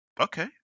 Okay